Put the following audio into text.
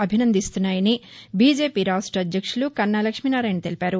అభినందిస్తున్నాయని BJP రాష్ట అధ్యక్షులు కన్నా లక్ష్మీనారాయణ తెలిపారు